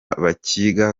bakiga